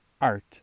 art